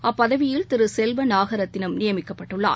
அப்பதவியில் திரு செல்வ நாகரத்தினம் நியமிக்கப்பட்டுள்ளார்